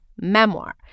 Memoir